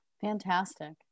Fantastic